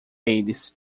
eles